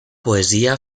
poesia